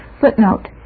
Footnote